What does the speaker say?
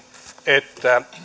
että